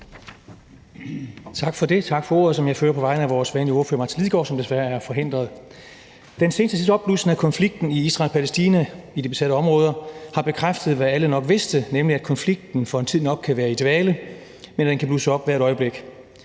Tak for det. Tak for ordet, som jeg fører på vegne af vores vanlige ordfører, Martin Lidegaard, som desværre er forhindret i at være her. Den seneste tids opblussen af konflikten mellem Israel og Palæstina i de besatte områder har bekræftet, hvad alle nok vidste, nemlig at konflikten nok for en tid kan være i dvale, men at den kan blusse op hvert øjeblik.